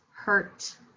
hurt